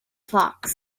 fox